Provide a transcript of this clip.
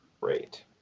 Great